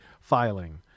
filing